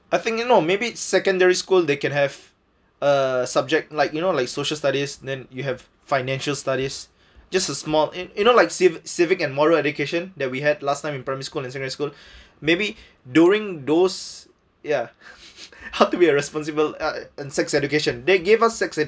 I think you know maybe secondary school they can have uh subject like you know like social studies then you have financial studies just a small you you know like civ~ civic and moral education that we had last time in primary school and secondary school maybe during those ya how to be responsible uh in sex education they gave us